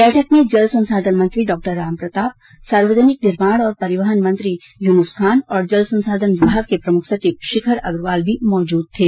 बैठक में जल संसाधन मंत्री डॉ रामप्रताप सार्वजनिक निर्माण और परिवहन मंत्री यूनुस खान और जल संसाधन विभाग के प्रमुख सचिव शिखर अग्रवाल भी मौजूद थे